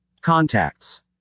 Contacts